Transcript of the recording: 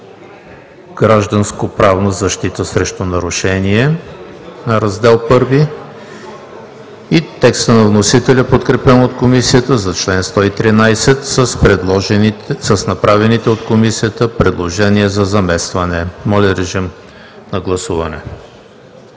„Гражданскоправна защита срещу нарушения“ на Раздел I и текста на вносителя, подкрепен от Комисията, за чл. 113 с направените от Комисията предложения за заместване. Гласували